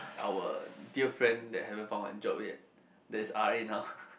our dear friend that haven't found a job yet that is r_a now